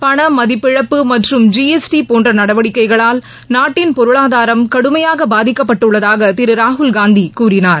பணமதிப்பிழப்பு மற்றும் ஜிஎஸ்டி போன்ற நடவடிக்கைகளால் நாட்டின் பொருளாதாரம் கடுமையாக பாதிக்கப்பட்டுள்ளதாக திரு ராகுல்காந்தி கூறினார்